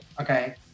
Okay